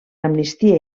amnistia